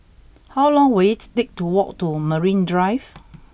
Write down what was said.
how long will it take to walk to Marine Drive